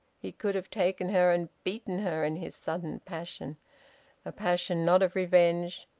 he could have taken her and beaten her in his sudden passion a passion not of revenge,